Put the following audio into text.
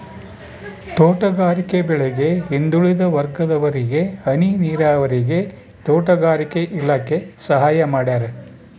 ತೋಟಗಾರಿಕೆ ಬೆಳೆಗೆ ಹಿಂದುಳಿದ ವರ್ಗದವರಿಗೆ ಹನಿ ನೀರಾವರಿಗೆ ತೋಟಗಾರಿಕೆ ಇಲಾಖೆ ಸಹಾಯ ಮಾಡ್ಯಾರ